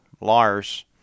Lars